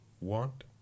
want